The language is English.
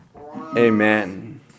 amen